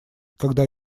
когда